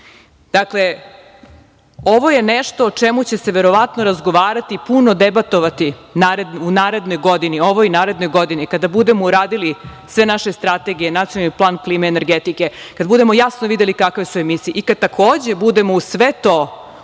ovo je nešto o čemu će se verovatno razgovarati i puno debatovati u narednoj godini, ove i naredne godine, kada budemo uradili sve naše strategije i nacionalni plan klime i energetike i kada budemo jasno videli kakve su emisije, i kada takođe budemo uz sve to,